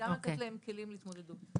וגם לתת להם כלים להתמודדות.